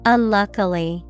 Unluckily